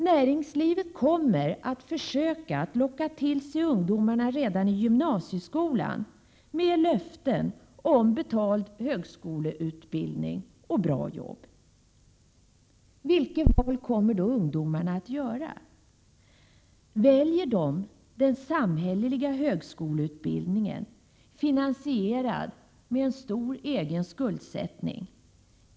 Näringslivet kommer att locka till sig ungdomarna redan i gymnasieskolan med löften om betald högskoleutbildning och bra jobb. Vilket val kommer då ungdomarna att göra? Väljer de den samhälleliga högskoleutbildningen, finansierad med en stor egen skuldsättning?